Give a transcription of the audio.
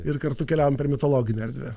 ir kartu keliaujam per mitologinę erdvę